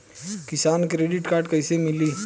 किसान credit card कइसे मिली?